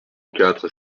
quatre